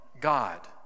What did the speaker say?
God